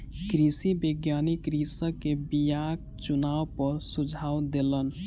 कृषि वैज्ञानिक कृषक के बीयाक चुनाव पर सुझाव देलैन